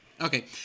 okay